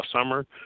summer